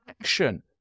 action